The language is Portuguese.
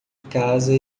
casa